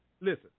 listen